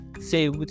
say